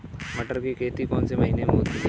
मटर की खेती कौन से महीने में होती है?